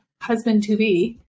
husband-to-be